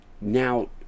now